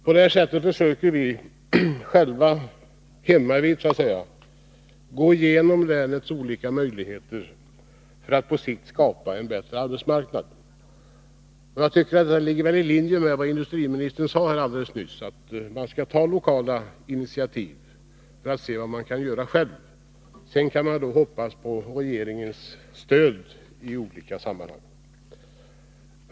På det sättet försöker vi själva, hemmavid så att säga, gå igenom länets olika möjligheter för att på sikt skapa en bättre arbetsmarknad. Jag tycker att det ligger i linje med vad industriministern sade här alldeles nyss, att man skall ta lokala initiativ för att se vad man kan göra själv. Sedan kan man då hoppas på regeringens stöd i olika sammanhang.